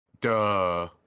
duh